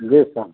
जी sir